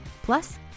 Plus